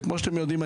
כמו שאתם יודעים,